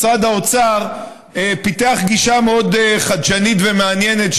משרד האוצר פיתח גישה מאוד חדשנית ומעניינת,